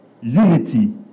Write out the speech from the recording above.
Unity